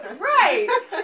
Right